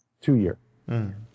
two-year